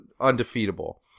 undefeatable